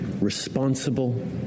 responsible